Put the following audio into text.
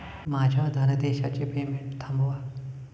माझ्या धनादेशाचे पेमेंट थांबवा